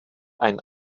ein